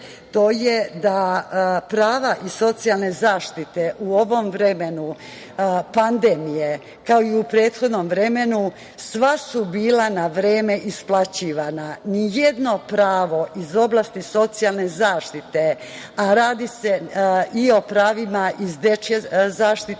to je da prava iz socijalne zaštite u ovom vremenu pandemije, kao i u prethodnom vremenu sva su bila na vreme isplaćivana. Nijedno pravo iz oblasti socijalne zaštite, a radi se i o pravima iz dečije zaštite i